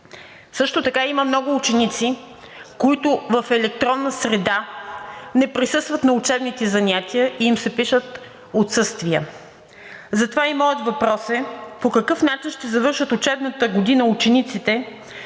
Също така има много ученици, които в електронна среда не присъстват на учебните занятия и им се пишат отсъствия. Затова и моят въпрос е: по какъв начин ще завършат учебната година учениците,